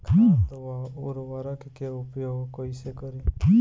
खाद व उर्वरक के उपयोग कइसे करी?